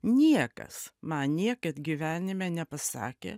niekas man niekad gyvenime nepasakė